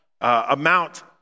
amount